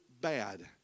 bad